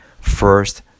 first